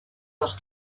leurs